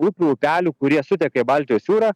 upių upelių kurie suteka į baltijos jūrą